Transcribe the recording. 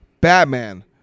Batman